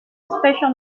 special